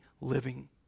living